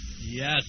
Yes